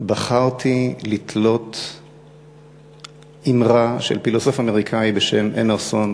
בחרתי לתלות אמרה של פילוסוף אמריקני בשם אמרסון,